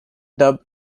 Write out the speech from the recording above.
dub